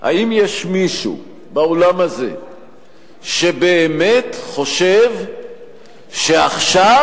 האם יש מישהו באולם הזה שבאמת חושב שעכשיו